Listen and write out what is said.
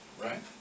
right